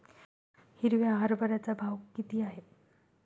हिरव्या हरभऱ्याचा भाव किती आहे?